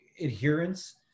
adherence